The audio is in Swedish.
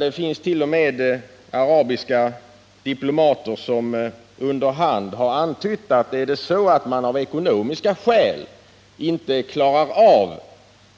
Det finns t.o.m. arabiska diplomater som under hand har antytt att om man av ekonomiska skäl inte klarar av